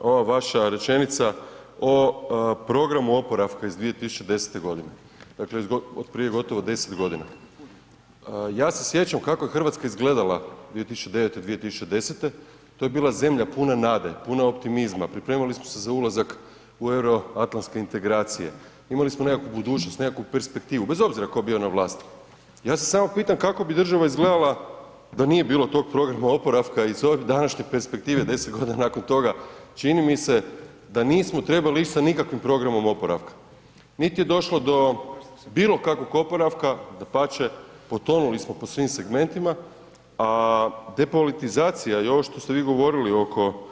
ova vaša rečenica o programu oporavka iz 2010. g., dakle od prije gotovo 10 g. Ja se sjećam kako je Hrvatska izgledala 2009., 2010., to je bila zemlja puna nade, puna optimizma, pripremali smo se za ulazak u euroatlantske integracije, imali smo nekakvu budućnost, nekakvu perspektivu bez obzira tko bio na vlasti, ja se samo pitam kako bu država izgledala da nije bilo tog programa oporavka iz ove današnje perspektive 10 g. nakon toga, čini mi se da nismo trebali ić sa nikakvim programom oporavka, niti je došlo do bilo kakvog oporavka dapače, potonuli smo po svim segmentima a depolitizacija i ovo što ste vi govorili oko